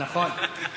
נכון.